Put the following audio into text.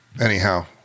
Anyhow